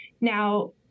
Now